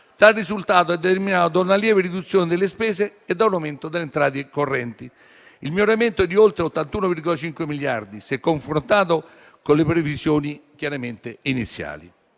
Tale risultato è determinato da una lieve riduzione delle spese e da un aumento delle entrate correnti. Il miglioramento è di oltre 81,5 miliardi, se confrontato con le previsioni iniziali.